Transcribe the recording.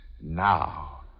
Now